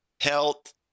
Health